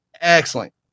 Excellent